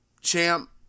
Champ